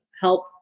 help